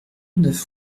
neuf